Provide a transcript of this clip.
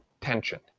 tension